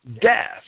death